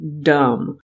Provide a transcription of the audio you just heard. dumb